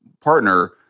partner